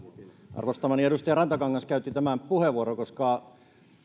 arvostamani edustaja rantakangas käytti tämän puheenvuoron koska